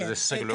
אולימפי כן.